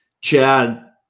Chad